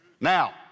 Now